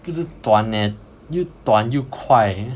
就是短 leh 又短又快